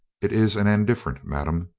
it is an indifferent, madame,